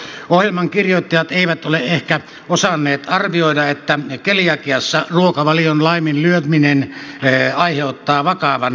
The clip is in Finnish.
ohjelman kirjoittajat eivät ole ehkä osanneet arvioida että keliakiassa ruokavalion laiminlyöminen aiheuttaa vakavan terveysvaaran